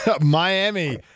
Miami